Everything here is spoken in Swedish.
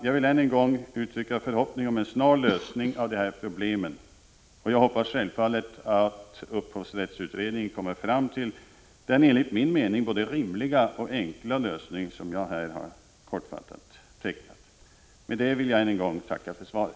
Jag vill än en gång uttrycka förhoppningen om en snar lösning av dessa problem, och jag hoppas självfallet att upphovsrättsutredningen kommer fram till den enligt min mening både rimliga och enkla lösning som jag här kortfattat har tecknat. Med detta vill jag än en gång tacka för svaret.